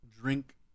drink